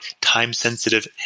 time-sensitive